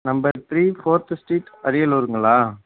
number three fourth street அரியலூருங்களா